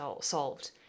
solved